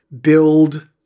build